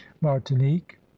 martinique